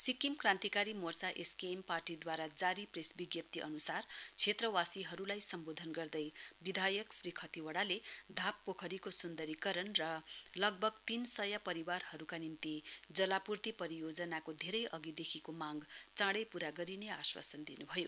Sikkim Krantikari Morcha SKM पार्टीद्वारा जारी press विज्ञप्ति अन्सार क्षेत्रवासीहरूलाई सम्बोधन गर्दै विधायक श्री खतिवडाले धाप पोखरीको स्न्दरीकरण र लगभग तीनसय परिवारहरूका निम्ति जलापूर्ति परियोजनाको धेरै अघिदेखिको मांग चाडै पूरा गरिने आश्वासन दिनुभयो